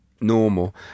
normal